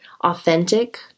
authentic